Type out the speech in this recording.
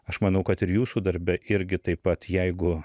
aš manau kad ir jūsų darbe irgi taip pat jeigu